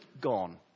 gone